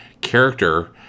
character